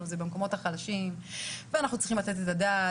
זה במקומות החלשים ואנחנו צריכים לתת את הדעת,